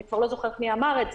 אני כבר לא זוכרת מי אמר את זה.